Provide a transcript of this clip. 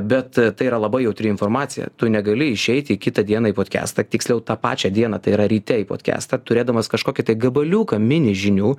bet tai yra labai jautri informacija tu negali išeiti į kitą dieną į podkestą tiksliau tą pačią dieną tai yra ryte į podkestą turėdamas kažkokį gabaliuką mini žinių